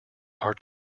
are